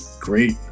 great